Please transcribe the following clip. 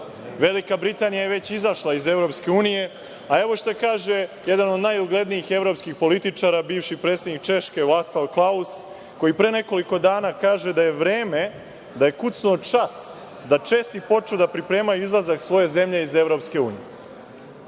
Velika Britanija je već izašla iz EU, a evo šta kaže jedan od najuglednijih evropskih političara, bivši predsednik Češke Vaclav Klaus, koji pre nekoliko dana kaže da je vreme, da je kucnuo čas da Česi počnu da pripremaju izlazak svoje zemlje iz EU.